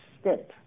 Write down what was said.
step